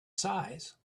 size